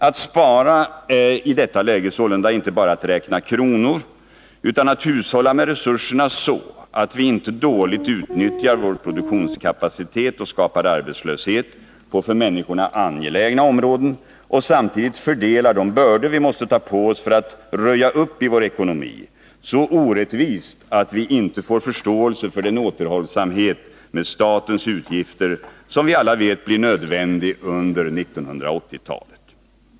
Att spara är i detta läge sålunda inte bara att räkna kronor, utan att hushålla med resurserna så, att vi inte dåligt utnyttjar vår produktionskapacitet och skapar arbetslöshet på för människorna angelägna områden, och samtidigt fördelar de bördor vi måste ta på oss för att röja upp i vår ekonomi så orättvist att vi inte får förståelse för den återhållsamhet med statens utgifter som vi alla vet blir nödvändig under 1980-talet.